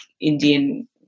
Indian